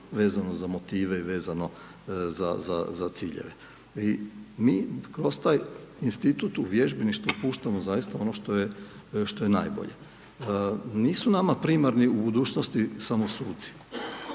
vezano za motive i vezano za ciljeve. I mi kroz taj institut u vježbeništvu puštamo zaista ono što je najbolje. Nisu nama primarni u budućnosti samo suci,